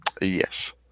Yes